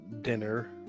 dinner